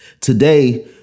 Today